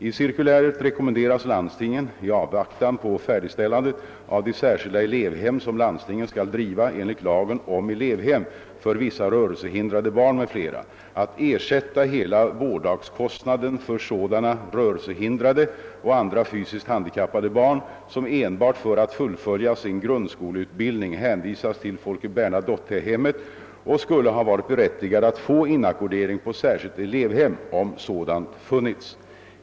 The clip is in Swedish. I cirkuläret rekommenderas landstingen — i avvaktan på färdigställandet av de särskilda elevhem som landstingen skall driva enligt lagen om elevhem för vissa rörelsehindrade barn m.fl. — att ersätta hela vårddagskostnaden för sådana rörelsehindrade och andra fysiskt handikappade barn, som enbart för att fullfölja sin grundskoleutbildning hänvisas till Folke Bernadottehemmet och skulle ha varit berättigade att få inackordering på särskilt elevhem om sådant funnits.